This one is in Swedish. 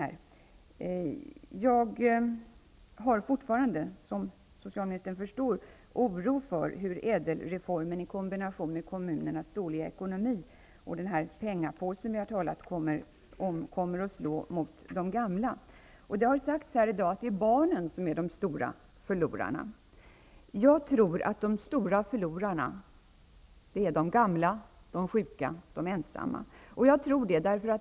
Jag oroar mig fortfarande, som socialministern förstår, för hur kommunernas dåliga ekonomi och den här pengapåsen vi har talat om kommer att slå mot de gamla. Det har sagts här i dag att det är barnen som är de stora förlorarna. Jag tror att de stora förlorarna är de gamla, de sjuka och de ensamma.